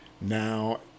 Now